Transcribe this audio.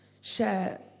share